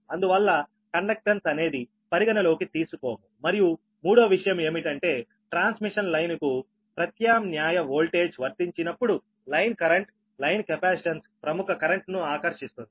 అందువల్ల కండెక్టన్స్ అనేది పరిగణలోకి తీసుకోము మరియు మూడో విషయం ఏమిటంటే ట్రాన్స్మిషన్ లైన్ కు ప్రత్యామ్నాయ వోల్టేజ్ వర్తించినప్పుడు లైన్ కరెంట్ లైన్ కెపాసిటెన్స్ ప్రముఖ కరెంట్ను ఆకర్షిస్తుంది